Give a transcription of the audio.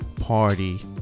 party